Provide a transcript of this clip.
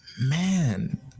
man